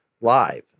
live